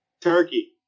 turkey